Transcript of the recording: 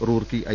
Roorkee I